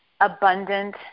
abundant